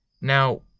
now